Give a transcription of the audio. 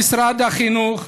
במשרד החינוך